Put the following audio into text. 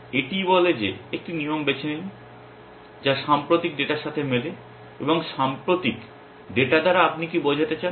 এটি বলে যে একটি নিয়ম বেছে নিন যা সাম্প্রতিক ডেটার সাথে মেলে এবং সাম্প্রতিক ডেটা দ্বারা আপনি কী বোঝাতে চান